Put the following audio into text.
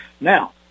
Now